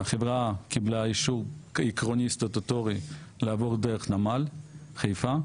החברה קיבלה אישור עקרוני סטטוטורי לעבור דרך נמל חיפה.